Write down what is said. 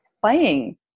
playing